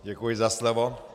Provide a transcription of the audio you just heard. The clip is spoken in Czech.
Děkuji za slovo.